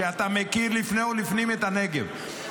אתה מכיר לפני ולפנים את הנגב: